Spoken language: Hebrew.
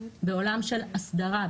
בעולם של הסדרה,